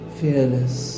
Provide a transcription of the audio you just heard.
fearless